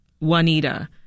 Juanita